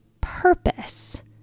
purpose